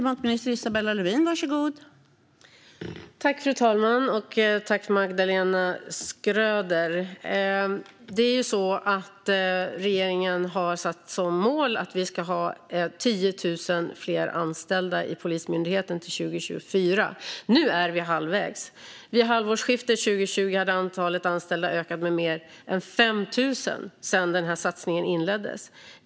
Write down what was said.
Fru talman! Tack, Magdalena Schröder, för frågan! Regeringen har satt som mål att vi ska ha 10 000 fler anställda i Polismyndigheten till 2024. Nu är vi halvvägs. Vid halvårsskiftet 2020 hade antalet anställda ökat med mer än 5 000 sedan den här satsningen inleddes.